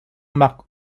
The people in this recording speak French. marque